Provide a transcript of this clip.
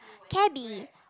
cabbie